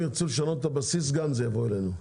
אבל אם ירצו לשנות את הבסיס גם, זה יבוא אלינו.